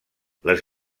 les